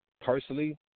personally